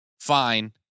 fine